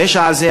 הפשע הזה,